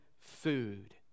food